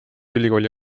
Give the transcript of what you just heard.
ülikooli